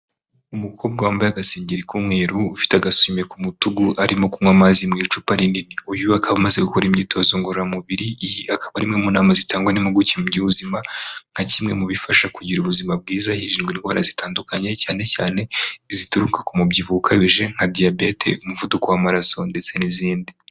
Umukobwa wambaye agasengeri k'umweru ufite agasume ku rutugu arimo kunywa amazi mu icupa rinini. Uyu akaba amaze gukora imyitozo ngororamubiri. Iyi akaba ari imwe mu nama zitangwa n'impuguke mu by'ubuzima nka kimwe mu bifasha kugira ubuzima bwiza hirindwa indwara zitandukanye cyane cyane izituruka ku mubyibuho ukabije nka diyabete, umuvuduko w'amaraso, ndetse n'izindi.